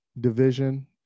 division